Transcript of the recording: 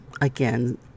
again